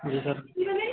جی سر